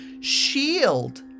shield